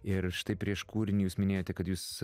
ir štai prieš kūrinį jūs minėjote kad jūs